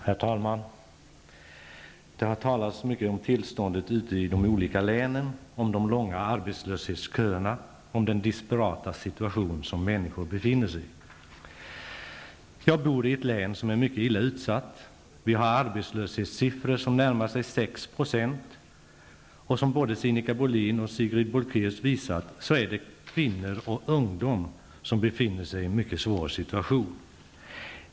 Herr talman! Det har talats mycket om tillståndet ute i de olika länen, de långa köerna av arbetslösa och den desperata situation människor befinner sig i. Jag bor i ett län som är mycket illa utsatt. Vi har arbetslöshetssiffror som närmar sig 6 %. Som både Sinikka Bohlin och Sigrid Bolkéus har visat är det kvinnor och ungdomar som befinner sig i en mycket svår situation.